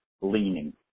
leaning